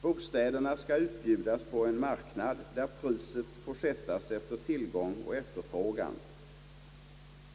Bostäder skall utbjudas på en marknad, där priset får sättas efter tillgång och efterfrågan.